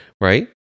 right